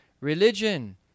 Religion